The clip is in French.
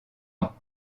ans